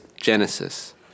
Genesis